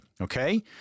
okay